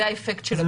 זה האפקט שלו.